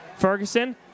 Ferguson